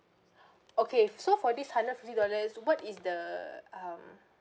okay so for this hundred fifty dollars what is the um